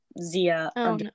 Zia